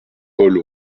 paul